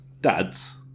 Dads